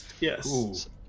Yes